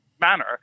manner